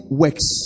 works